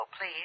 please